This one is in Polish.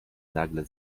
nagle